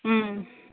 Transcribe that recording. ও